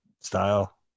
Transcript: style